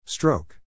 Stroke